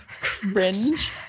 cringe